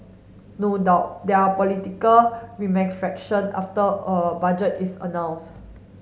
no doubt there are political after a budget is announced